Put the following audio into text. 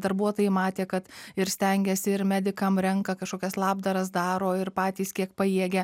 darbuotojai matė kad ir stengiasi ir medikam renka kažkokias labdaras daro ir patys kiek pajėgia